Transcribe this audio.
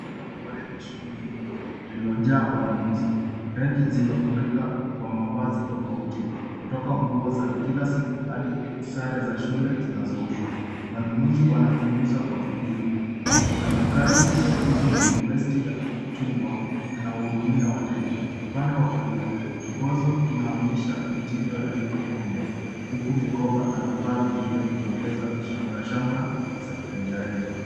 Duka la nguo lenye shughuli nyingi lililojaa wanunuzi wengi. Raki zimefurika kwa mavazi tofauti kutoka nguo za kila siku hadi sare za shule zinazouzwa. Wanunuzi wanachunguza kwa bidii na mfugaji kazi msaidizi mwenye vest ya chungwa anahudumia wateja. Upande wa kulia kibonzo kinaoyesha mitindo ya hivi punde huku mikoba na vifaa vingine vikiongeza shamrashamra za rejareja